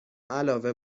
علاوه